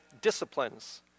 disciplines